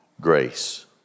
grace